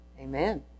Amen